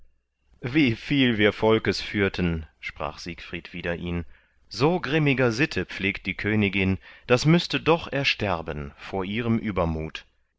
wie viel wir volkes führten sprach siegfried wider ihn so grimmiger sitte pflegt die königin das müßte doch ersterben vor ihrem übermut